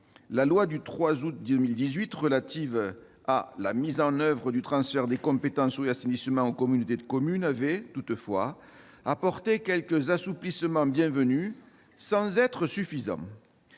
La loi du 3 août 2018 relative à la mise en oeuvre du transfert des compétences eau et assainissement aux communautés de communes a toutefois apporté quelques assouplissements bienvenus, sans être suffisants.